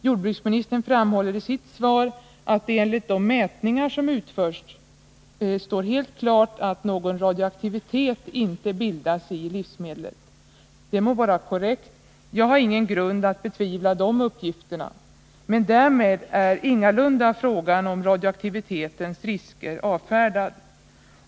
Jordbruksministern framhåller i sitt svar att det enligt de mätningar som utförts står helt klart att någon radioaktivitet inte bildas i livsmedlet. Det må vara korrekt — jag har ingen grund för att betvivla de uppgifterna — men därmed är ingalunda frågan om radioaktivitetens risker avfärdad.